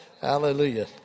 hallelujah